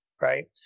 right